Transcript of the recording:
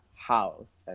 House